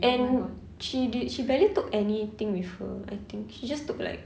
and she did she barely took anything with her I think he just took like